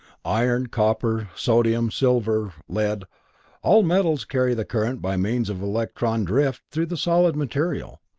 iron, copper, sodium, silver, lead all metals carry the current by means of electron drift through the solid material.